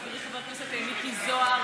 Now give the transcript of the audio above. חברי חבר הכנסת מיקי זוהר,